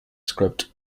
script